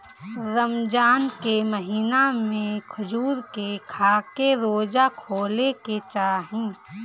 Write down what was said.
रमजान के महिना में खजूर के खाके रोज़ा खोले के चाही